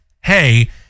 hey